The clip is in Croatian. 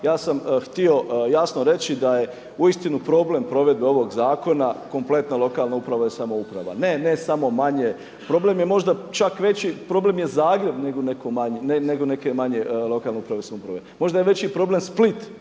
Ja sam htio jasno reći da je uistinu problem provedbe ovog zakona kompletna lokalna uprava i samouprava. Ne samo manje, problem je možda čak već, problem je Zagreb nego neke manje lokalne uprave i samouprave. Možda je veći problem Split